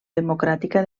democràtica